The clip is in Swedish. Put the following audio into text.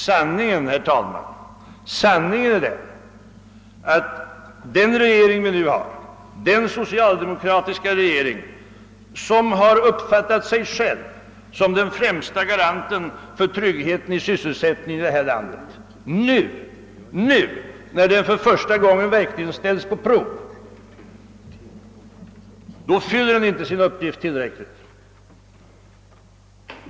Sanningen, herr talman, är att den socialdemokratiska regering vi nu har, vilken har satt sig själv som den främste garanten för trygghet i sysselsättningen här i landet, nu när den för första gången verkligen ställs på prov, inte fyller sin uppgift tillräckligt.